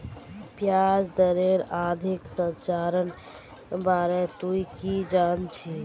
ब्याज दरेर अवधि संरचनार बारे तुइ की जान छि